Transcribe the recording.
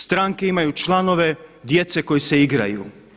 Stranke imaju članove djece koji se igraju.